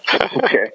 Okay